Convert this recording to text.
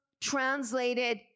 translated